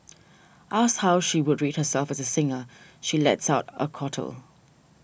asked how she would rate herself as a singer she lets out a chortle